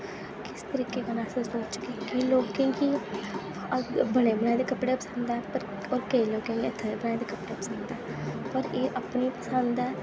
किस तरीके कन्नै अस सोचगे गी लोके गी बने बनाए दे कपड़े पसंद ऐ पर केईं लोंके गी हत्थें दे बनाए दे कपड़े पसंद ऐ पर एह् अपनी पसंद ऐ